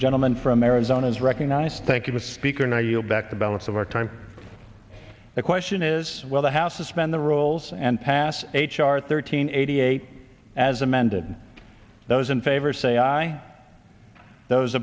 gentleman from arizona is recognized thank you speaker now you'll back the balance of our time the question is will the house suspend the rules and pass h r thirteen eighty eight as amended those in favor say aye those